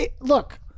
look